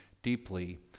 deeply